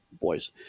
boys